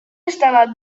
estava